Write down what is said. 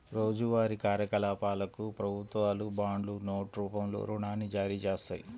రోజువారీ కార్యకలాపాలకు ప్రభుత్వాలు బాండ్లు, నోట్ రూపంలో రుణాన్ని జారీచేత్తాయి